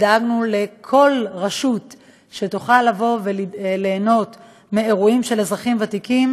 דאגנו לכל רשות שתוכל לבוא וליהנות מאירועים של אזרחים ותיקים